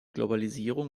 globalisierung